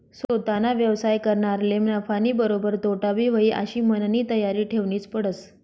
सोताना व्यवसाय करनारले नफानीबरोबर तोटाबी व्हयी आशी मननी तयारी ठेवनीच पडस